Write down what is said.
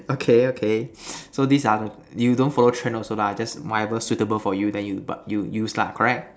okay okay so this are the you don't follow trend also lah just whatever suitable for you then you you use lah correct